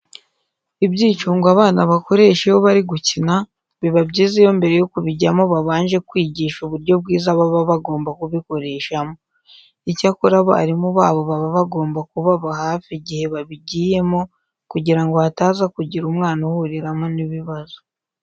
Ibyicungo abana bakoresha iyo bari gukina biba byiza iyo mbere yo kubijyamo babanje kwigisha uburyo bwiza baba bagomba kubikoreshamo. Icyakora abarimu babo baba bagomba kubaba hafi igihe babigiyemo kugira ngo hataza kugira umwana uhuriramo n'ibibazo.